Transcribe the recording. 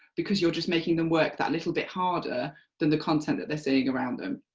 because you're just making them work that little bit harder than the content they're seeing around them.